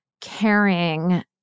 caring